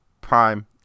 prime